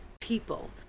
people